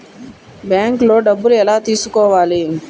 బ్యాంక్లో డబ్బులు ఎలా తీసుకోవాలి?